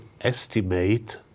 estimate